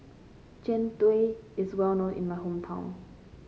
Jian Dui is well known in my hometown